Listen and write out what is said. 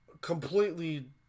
completely